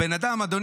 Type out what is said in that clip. הבן אדם עלה לפה,